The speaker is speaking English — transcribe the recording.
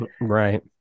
right